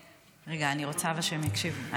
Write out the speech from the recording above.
רגע, אבל אני רוצה שהן יקשיבו.